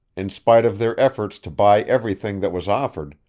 in spite of their efforts to buy everything that was offered,